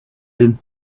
him